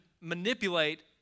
manipulate